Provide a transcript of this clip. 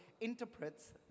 interprets